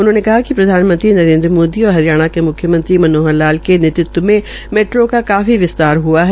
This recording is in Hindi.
उन्होंने कहा कि प्रधानमंत्री नरेन्द्र मोदी और हरियाणा के म्ख्यमंत्री मनोहर लाल ने नेतृत्व मे मेट्रो का काफी विस्तार हुआ है